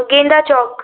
गेंदा चौक